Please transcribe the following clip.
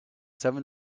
seven